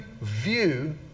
view